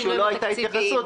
שלא הייתה התייחסות,